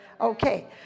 Okay